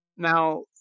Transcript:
Now